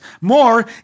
more